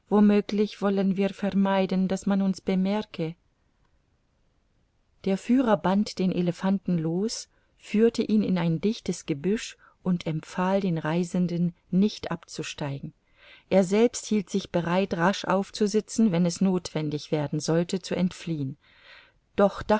möglich wollen wir vermeiden daß man uns bemerke der führer band den elephanten los führte ihn in ein dichtes gebüsch und empfahl den reisenden nicht abzusteigen er selbst hielt sich bereit rasch aufzusitzen wenn es nothwendig werden sollte zu entfliehen doch